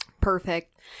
Perfect